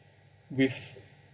with